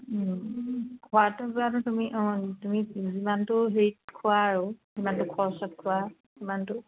খোৱাটো যোৱাটো তুমি অঁ তুমি যিমানটো হেৰিত খোৱা আৰু যিমানটো খৰচাত খোৱা সিমানটো